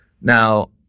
Now